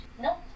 No